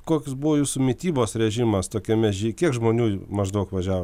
koks buvo jūsų mitybos režimas tokiame žy kiek žmonių maždaug važiavo